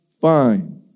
fine